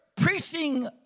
preaching